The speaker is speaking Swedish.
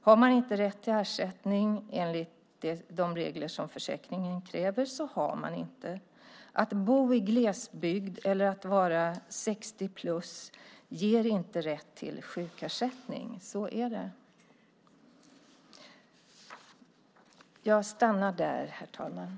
Har man inte rätt till ersättning, enligt de regler som försäkringen kräver, så har man inte. Att bo i glesbygd eller att vara 60-plus ger inte rätt till sjukersättning. Så är det. Jag stannar där, herr talman.